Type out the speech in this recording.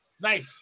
Nice